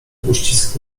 uścisk